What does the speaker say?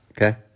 Okay